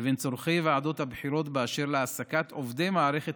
לבין צורכי ועדות הבחירות באשר להעסקת עובדי מערכת